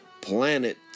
planet